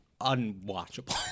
unwatchable